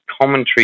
commentary